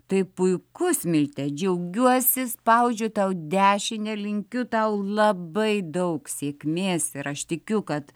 tai puiku smilte džiaugiuosi spaudžiu tau dešinę linkiu tau labai daug sėkmės ir aš tikiu kad